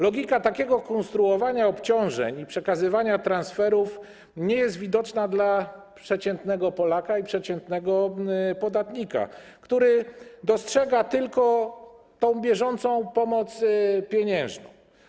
Logika takiego konstruowania obciążeń i przekazywania transferów nie jest widoczna dla przeciętnego Polaka i przeciętnego podatnika, który dostrzega tylko tę bieżącą pomoc pieniężną.